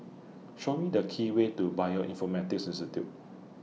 Show Me The Key Way to Bioinformatics Institute